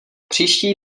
příští